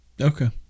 Okay